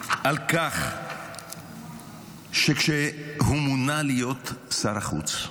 על כך שכשהוא מונה להיות שר החוץ,